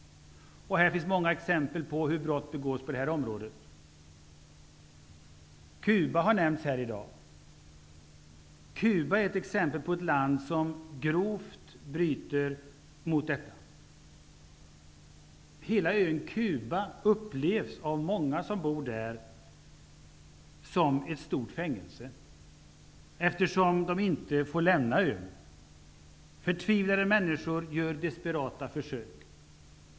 Det finns många exempel på hur brott begås på detta område. Cuba har nämnts här i dag. Cuba är exempel på ett land som grovt bryter mot dessa bestämmelser. Hela ön Cuba upplevs av många som bor där som ett stort fängelse, eftersom de inte får lämna ön. Förtvivlade människor gör desperata försök.